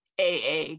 AA